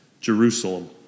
Jerusalem